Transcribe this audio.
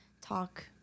talk